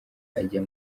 ajya